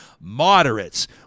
moderates